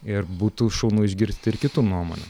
ir būtų šaunu išgirsti ir kitų nuomonių